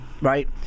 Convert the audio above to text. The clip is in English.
right